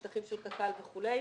שטחים של קרן קיימת לישראל וכולי,